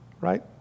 right